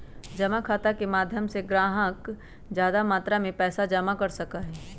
जमा खाता के माध्यम से ग्राहक ज्यादा मात्रा में पैसा जमा कर सका हई